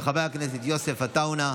של חבר הכנסת יוסף עטאונה,